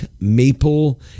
maple